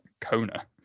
Kona